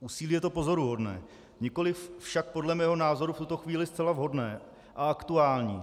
Úsilí je to pozoruhodné, nikoliv však podle mého názoru v tuto chvíli zcela vhodné a aktuální.